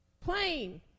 Plain